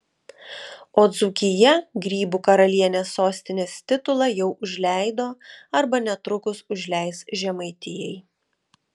o dzūkija grybų karalienės sostinės titulą jau užleido arba netrukus užleis žemaitijai